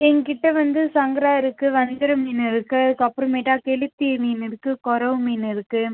எங்ககிட்ட வந்து சங்கரா இருக்குது வஞ்சரம் மீன் இருக்குது அதுக்கு அப்புறமேட்டு கெளுத்தி மீன் இருக்குது கொறவ மீன் இருக்குது